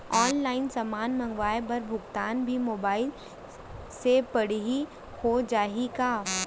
Online समान मंगवाय बर भुगतान भी मोबाइल से पड़ही हो जाही का?